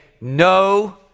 no